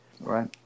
Right